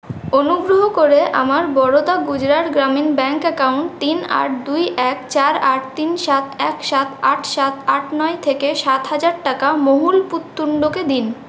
অনুগ্রহ করে আমার বরোদা গুজরাট গ্রামীণ ব্যাংক অ্যাকাউন্ট তিন আট দুই এক চার আট তিন সাত এক সাত আট সাত আট নয় থেকে সাত হাজার টাকা মোহুল পুততুন্ডকে দিন